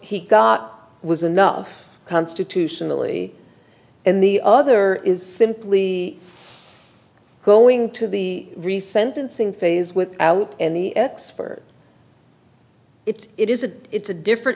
he got was enough constitutionally in the other is simply going to the recent unsing phase without any expert it's it is a it's a different